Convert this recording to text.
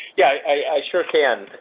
yeah, i sure can.